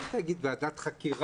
אני לא אגיד ועדת חקירה,